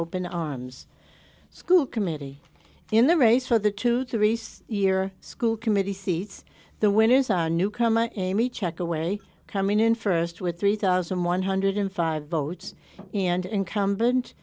open arms school committee in the race for the two to reese year school committee seats the winners are newcomer amy check away coming in st with three thousand one hundred and five votes and incumbent